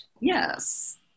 Yes